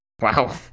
Wow